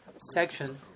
section